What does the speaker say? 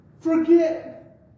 forget